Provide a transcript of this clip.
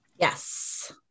Yes